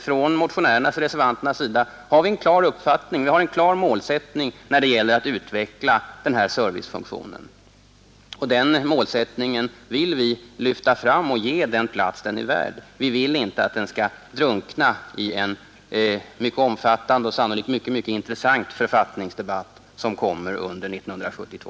Vi motionärer och reservanter har en klar målsättning när det gäller att utveckla den här servicefunktionen, och den målsättningen vill vi lyfta fram och ge den plats den är värd. Vi vill inte att den skall drunkna i en mycket omfattande och sannolikt mycket intressant författningsdebatt som kommer under 1972.